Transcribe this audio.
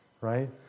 right